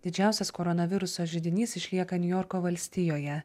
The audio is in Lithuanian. didžiausias koronaviruso židinys išlieka niujorko valstijoje